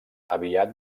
aviat